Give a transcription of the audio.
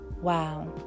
Wow